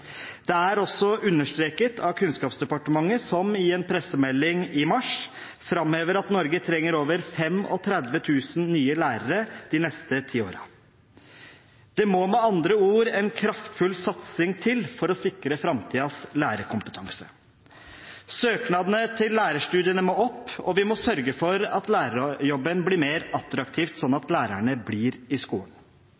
Dette er også understreket av Kunnskapsdepartementet, som i en pressemelding i mars framhevet at Norge trenger over 35 000 nye lærere de neste ti årene. Det må med andre ord en kraftfull satsing til for å sikre framtidens lærerkompetanse. Søkningen til lærerstudiene må opp, og vi må sørge for at lærerjobben blir mer